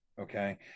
okay